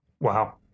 Wow